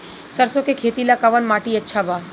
सरसों के खेती ला कवन माटी अच्छा बा?